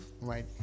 Right